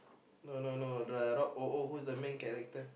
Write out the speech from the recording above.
no no no the Rock O O who's the main character